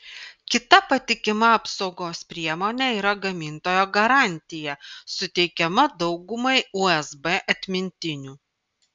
kita patikima apsaugos priemonė yra gamintojo garantija suteikiama daugumai usb atmintinių